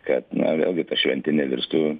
kad na vėlgi ta šventė nevirstų